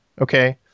okay